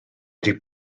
wedi